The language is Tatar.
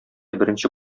беренче